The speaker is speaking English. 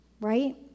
Right